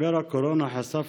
משבר הקורונה חשף